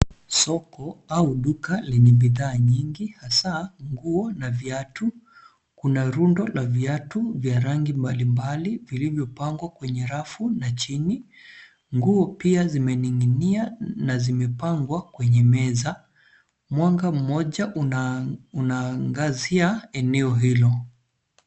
Soko au duka lenye bidhaa nyingi hasa nguo na viatu. Kuna rundo la viatu vya rangi mbalimbali vilivyopangwa kwenye rafu na chini. Nguo pia zimening'inia na zimepangwa kwenye meza. Mwanga mmoja unaangazia eneo hilo.